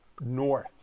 north